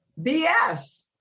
BS